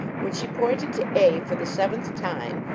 when she pointed to a for the seventh time,